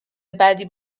بدی